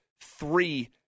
three